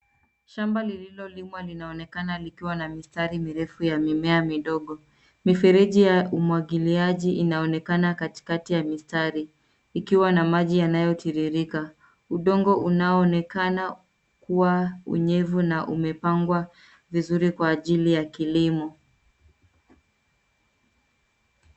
Shamba lililo limwa linaonekana likiwa na mistari mirefu ya mimea midogo. Mifereji ya umwagiliaji inaonekana katikati ya mistari , ikiwa na maji yanayotiririka , udongo unaoonekana kuwa unyevu , na umepangwa vizuri Kwa ajili ya kilimo.